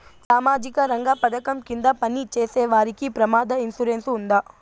సామాజిక రంగ పథకం కింద పని చేసేవారికి ప్రమాద ఇన్సూరెన్సు ఉందా?